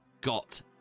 got